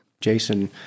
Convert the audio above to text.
Jason